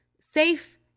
safe